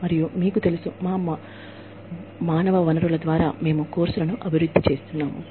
మరియ మీకు తెలుసా మా వద్ద ఉన్న వనరుల ద్వారా మేము కోర్సులను అభివృద్ధి చేస్తున్నాము